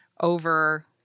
over